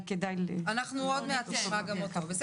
אין לנו עוד הרבה, אני